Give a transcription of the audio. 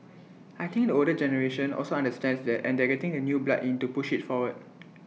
I think the older generation also understands that and they are getting the new blood in to push IT forward